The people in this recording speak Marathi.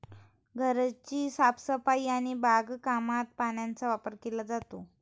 घराची साफसफाई आणि बागकामात पाण्याचा वापर केला जातो